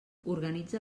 organitza